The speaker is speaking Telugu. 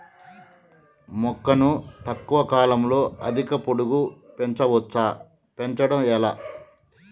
మొక్కను తక్కువ కాలంలో అధిక పొడుగు పెంచవచ్చా పెంచడం ఎలా?